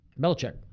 Belichick